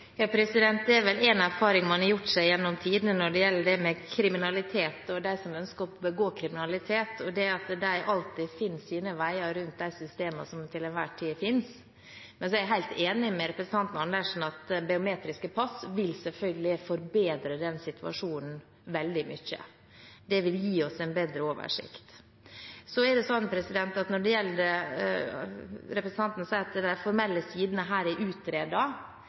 Det er vel en erfaring man har gjort seg gjennom tidene når det gjelder kriminalitet og de som ønsker å begå kriminalitet, at de alltid finner sine veier rundt de systemene som til enhver tid finnes. Men jeg er helt enig med representanten Andersen i at biometriske pass selvfølgelig vil forbedre den situasjonen veldig mye. Det vil gi oss en bedre oversikt. Representanten sier at de formelle sidene her er utredet. Det er slik at det